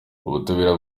ubutabera